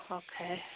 okay